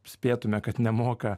spėtume kad nemoka